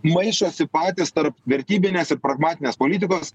maišosi patys tarp vertybinės ir pragmatinės politikos